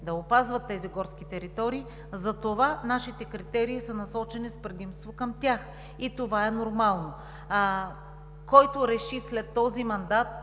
да опазват тези горски територии, затова нашите критерии са насочени с предимство към тях – и това е нормално. След този мандат,